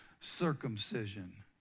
circumcision